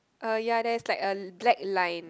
oh ya there's like a black line